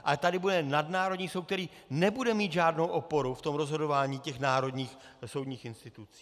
Ale tady bude nadnárodní soud, který nebude mít žádnou oporu v rozhodování národních soudních institucí.